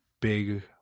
big